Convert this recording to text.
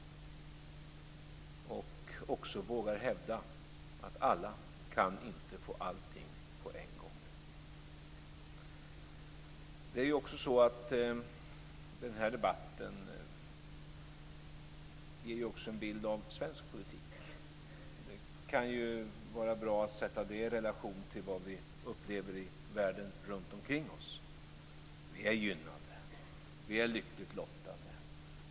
Vi måste också våga hävda att alla inte kan få allting på en gång. Den här debatten ger ju också en bild av svensk politik. Det kan ju vara bra att sätta det i relation till vad vi upplever i världen runtomkring oss. Vi är gynnade. Vi är lyckligt lottade.